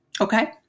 okay